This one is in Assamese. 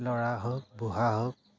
ল'ৰা হওক বুঢ়া হওক